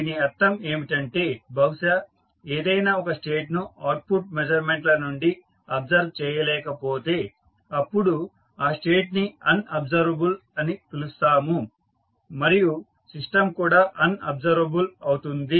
దీని అర్థం ఏమిటంటే బహుశా ఏదైనా ఒక స్టేట్ ను అవుట్పుట్ మెజర్మెంట్ ల నుండి అబ్సర్వ్ చేయలేకపోతే అప్పుడు ఆ స్టేట్ ని అన్ అబ్సర్వబుల్ అని పిలుస్తాము మరియు సిస్టం కూడా అన్ అబ్సర్వబుల్ అవుతుంది